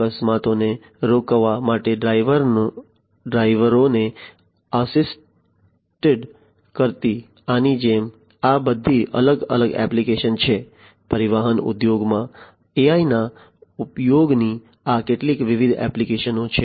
અકસ્માતોને રોકવા માટે ડ્રાઇવરોને આસિસ્ટ કરતી આની જેમ આ બધી અલગ અલગ એપ્લિકેશન છે પરિવહન ઉદ્યોગમાં AI ના ઉપયોગની આ કેટલીક વિવિધ એપ્લિકેશનો છે